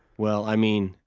well, i mean,